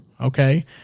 Okay